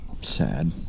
Sad